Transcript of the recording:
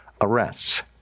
arrests